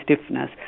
stiffness